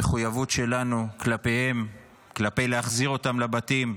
המחויבות שלנו כלפיהם להחזיר אותם לבתים,